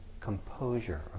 composure